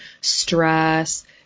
stress